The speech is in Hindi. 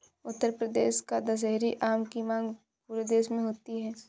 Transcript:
उत्तर प्रदेश का दशहरी आम की मांग पूरे देश में होती है